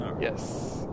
Yes